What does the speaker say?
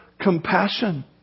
compassion